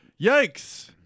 Yikes